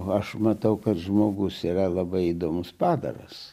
aš matau kad žmogus yra labai įdomus padaras